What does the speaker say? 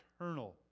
eternal